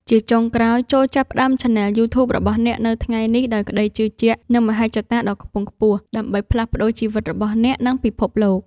ជាចុងក្រោយ ចូរចាប់ផ្តើមឆានែលយូធូប របស់អ្នកនៅថ្ងៃនេះ ដោយក្តីជឿជាក់ និងមហិច្ឆតាដ៏ខ្ពង់ខ្ពស់ ដើម្បីផ្លាស់ប្តូរជីវិតរបស់អ្នក និងពិភពលោក។